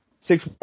six